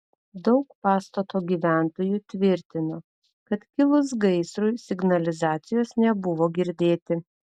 daug pastato gyventojų tvirtino kad kilus gaisrui signalizacijos nebuvo girdėti